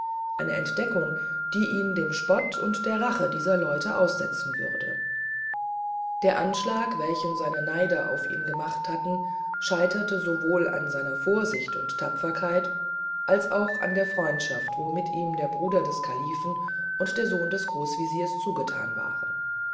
eine entdeckung die ihn dem spott und der rache dieser leute aussetzen würde der anschlag welchen seine neider auf ihn gemacht hatten scheiterte sowohl an seiner vorsicht und tapferkeit als auch an der freundschaft womit ihm der bruder des kalifen und der sohn des großwesir zugetan waren